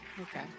Okay